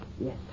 Yes